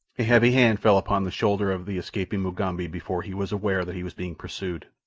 a heavy hand fell upon the shoulder of the escaping mugambi before he was aware that he was being pursued,